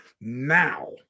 Now